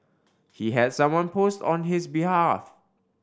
he had someone post on his behalf